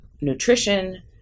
nutrition